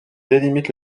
délimite